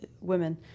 women